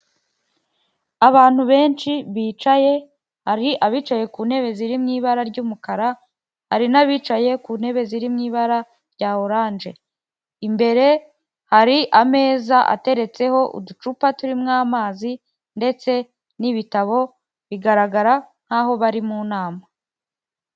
Abantu benshi bicaye, hari abicaye ku ntebe ziri mu ibara ry'umukara, hari n'abicaye ku ntebe ziri mu ibara rya oranje. Imbere hari ameza ateretseho uducupa turimo amazi ndetse n'ibitabo, bigaragara nk'aho bari mu nama.